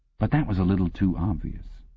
but that was a little too obvious,